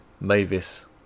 Mavis